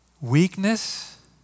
Weakness